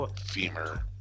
femur